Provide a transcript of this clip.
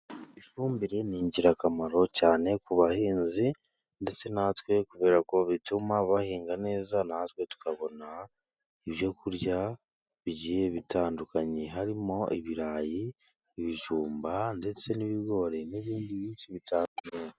Ifumbire ni ingirakamaro cyane ku bahinzi ndetse natwe, kubera ko bituma bahinga neza natwe tukabona ibyo kurya bigiye bitandukanye, harimo ibirayi, ibijumba, ndetse n'ibigori n'ibindi byinshi bitandukanye.